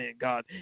God